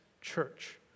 church